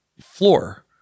floor